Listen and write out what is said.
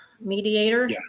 mediator